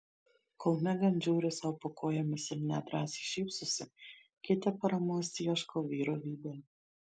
kol megan žiūri sau po kojomis ir nedrąsai šypsosi keitė paramos ieško vyro veide